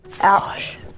Ouch